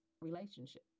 relationship